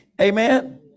Amen